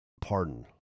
pardon